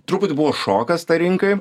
truputį buvo šokas tai rinkai